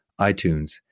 iTunes